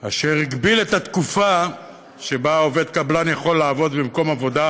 אשר הגביל את התקופה שבה עובד קבלן יכול לעבוד במקום עבודה,